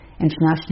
international